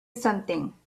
something